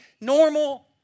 normal